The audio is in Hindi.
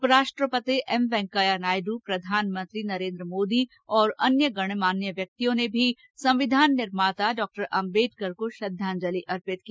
उपराष्ट्रपति एम वेंकैया नायडू प्रधानमंत्री नरेन्द्र मोदी और अन्य गण्यमान्य नेताओं ने भी संविधान निर्माता डॉक्टर अम्बेडकर को श्रद्धांजलि अर्पित की